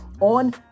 on